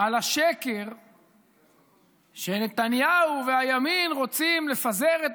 על השקר שנתניהו והימין רוצים לפזר את